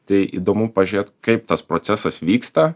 tai įdomu pažiūrėt kaip tas procesas vyksta